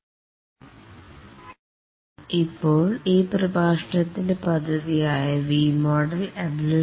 അവസാനം പ്രഭാഷണം നടത്തിയ ചർച്ചയിൽ അടിസ്ഥാനമാക്കി നമുക്ക് ഈ പ്രഭാഷണത്തിൽ കൂടുതൽ മുന്നോട്ടു പോകാം